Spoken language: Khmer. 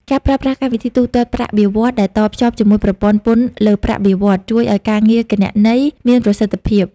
ការប្រើប្រាស់កម្មវិធីទូទាត់ប្រាក់បៀវត្សរ៍ដែលតភ្ជាប់ជាមួយប្រព័ន្ធពន្ធលើប្រាក់បៀវត្សរ៍ ជួយឱ្យការងារគណនេយ្យមានប្រសិទ្ធភាព។